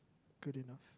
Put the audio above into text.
good enough